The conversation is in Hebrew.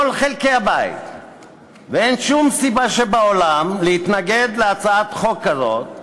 לכל חלקי הבית אין שום סיבה שבעולם להתנגד להצעת חוק כזאת,